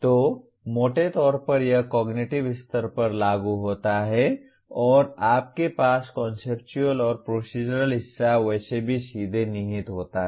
तो मोटे तौर पर यह कॉग्निटिव स्तर पर लागू होता है और आपके पास कॉन्सेप्चुअल और प्रोसीजरल हिस्सा वैसे भी सीधे निहित होता है